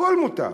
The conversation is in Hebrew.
הכול מותר.